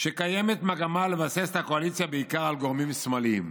שקיימת מגמה לבסס את הקואליציה בעיקר על גורמים שמאליים,